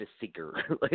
seeker